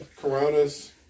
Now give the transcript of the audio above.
Corona's